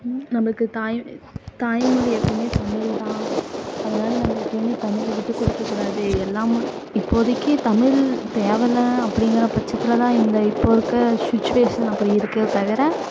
நம்மளுக்கு தாய் தாய்மொழி எப்போமே தமிழ்தான் அதனால நம்ம எப்போமே தமிழ் விட்டுகொடுக்கக்கூடாது எல்லாமும் இப்போதிக்கு தமிழ் தேவைல்ல அப்படிங்கற பட்சத்தில் தான் இந்த இப்போது இருக்கற சுச்சுவேஷன் அப்படி இருக்கே தவிர